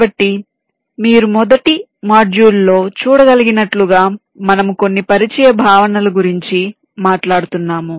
కాబట్టి మీరు మొదటి మాడ్యూల్లో చూడగలిగినట్లుగా మనము కొన్ని పరిచయ భావనల గురించి మాట్లాడుతున్నాము